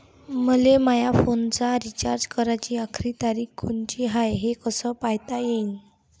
मले माया फोनचा रिचार्ज कराची आखरी तारीख कोनची हाय, हे कस पायता येईन?